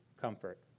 comfort